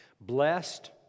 blessed